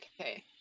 okay